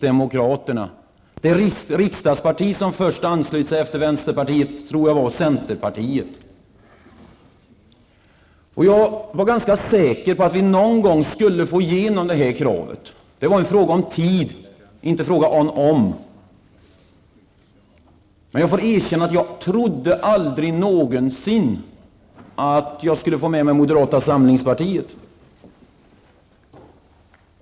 Det riksdagsparti som först anslöt sig till vänsterpartiets förslag var centerpartiet. Jag har varit ganska säker på att vi någon gång skulle få igenom vårt krav. Det var en fråga om tid, inte om utan när. Men jag måste erkänna att jag aldrig någonsin trodde att vi skulle få med oss moderata samlingspartiet.